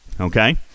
Okay